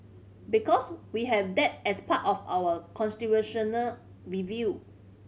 because we have that as part of our constitutional review